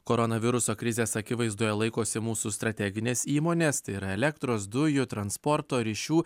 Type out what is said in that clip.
koronaviruso krizės akivaizdoje laikosi mūsų strateginės įmonės tai yra elektros dujų transporto ryšių